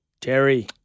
Terry